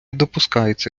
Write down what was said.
допускається